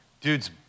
Dude's